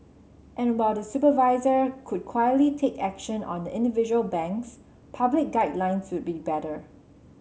and while the supervisor could quietly take action on individual banks public guidelines would be better